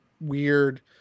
weird